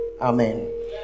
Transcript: Amen